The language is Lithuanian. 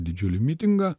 didžiulį mitingą